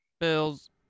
Bills